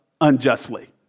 unjustly